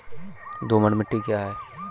दोमट मिट्टी क्या है?